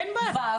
אין בעיה,